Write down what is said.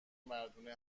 مردونه